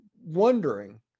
wondering